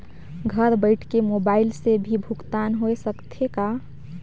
घर बइठे मोबाईल से भी भुगतान होय सकथे का?